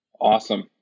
awesome